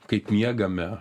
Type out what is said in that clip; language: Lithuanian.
kaip miegame